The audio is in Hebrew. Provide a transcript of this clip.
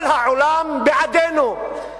כל העולם בעדנו.